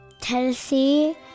Tennessee